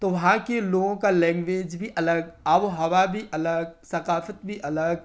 تو وہاں کے لوگوں کا لینگویج بھی الگ آب و ہوا بھی الگ ثقافت بھی الگ